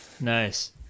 nice